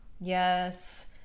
yes